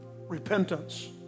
Repentance